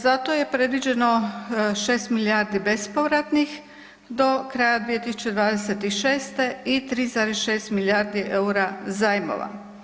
Zato je predviđeno 6 milijardi bespovratnih do kraja 2026. i 3,6 milijardi eura zajmova.